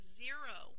zero